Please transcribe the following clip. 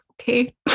okay